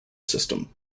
system